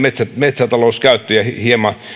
metsätalouskäyttöä ja hieman